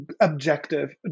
objective